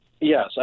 Yes